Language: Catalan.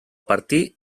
partir